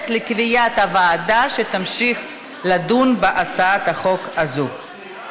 לקביעת הוועדה שתמשיך לדון בהצעת החוק הזאת.